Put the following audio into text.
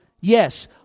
Yes